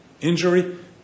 injury